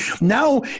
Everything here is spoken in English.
Now